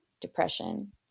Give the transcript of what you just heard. depression